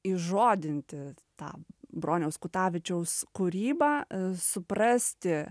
įžodinti tą broniaus kutavičiaus kūrybą suprasti